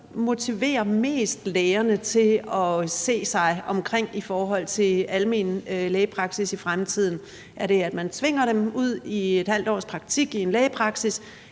Hvad motiverer mest lægerne til at se sig omkring i forhold til almen lægepraksis i fremtiden – er det, at man tvinger dem ud i et halvt års praktik i en lægepraksis,